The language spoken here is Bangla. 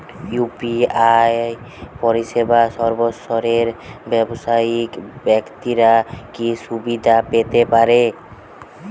ইউ.পি.আই পরিসেবা সর্বস্তরের ব্যাবসায়িক ব্যাক্তিরা কি সুবিধা পেতে পারে?